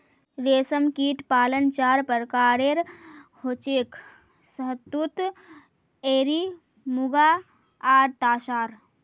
रेशमकीट पालन चार प्रकारेर हछेक शहतूत एरी मुगा आर तासार